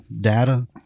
data